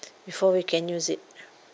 before we can use it